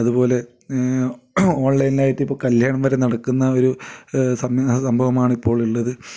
അതുപോലെ ഓൺലൈൻലായിട്ട് ഇപ്പോൾ കല്യാണം വരെ നടക്കുന്ന ഒരു സംവിധാ ആ സംഭവമാണ് ഇപ്പോളുള്ളത്